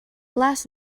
last